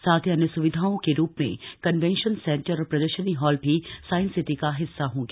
साथ ही अन्य सुविधाओं के रूप में कन्वेंशन सेंटर और प्रदर्शनी हॉल भी साइंस सिटी का हिस्सा होंगे